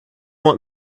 want